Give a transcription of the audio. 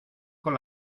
con